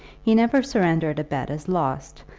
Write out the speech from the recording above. he never surrendered a bet as lost,